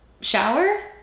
shower